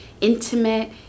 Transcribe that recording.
intimate